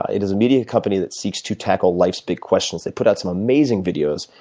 ah it is a media company that seeks to tackle life's big questions. they put out some amazing videos,